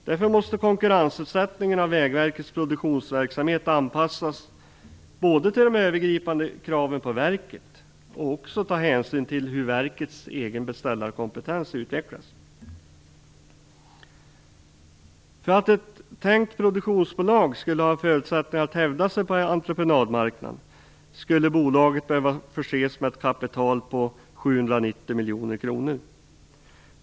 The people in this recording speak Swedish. Därför måste konkurrensutsättningen av Vägverkets produktionsverksamhet anpassas både till de övergripande kraven på verket och till hur verkets egen beställarkompetens utvecklas. För att ett tänkt produktionsbolag skulle ha förutsättningar att hävda sig på entreprenadmarknaden skulle bolaget behöva förses med ett kapital på 790 miljoner kronor.